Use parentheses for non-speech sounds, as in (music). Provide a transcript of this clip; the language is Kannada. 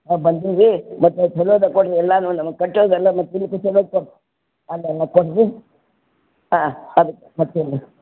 ಹಾಂ ಬಂದೇವೆ ಮತ್ತು ಚೊಲೋದೆ ಕೊಡಿರಿ ಎಲ್ಲಾ ನಮ್ಗೆ ಕಟ್ಟೋದೆಲ್ಲ ಮತ್ತೆ (unintelligible) (unintelligible) ಕೊಡಿರಿ ಹಾಂ ಆಗುತ್ತೆ ಮತ್ತೇನು